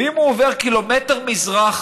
ואם הוא עובר קילומטר מזרחה,